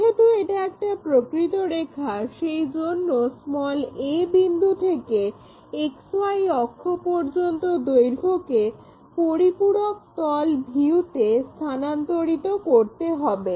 যেহেতু এটা একটা প্রকৃত রেখা সেই জন্য a বিন্দু থেকে XY অক্ষ পর্যন্ত দৈর্ঘ্যকে পরিপূরক তল ভিউতে স্থানান্তরিত করতে হবে